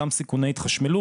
גם סיכוני התחשמלות.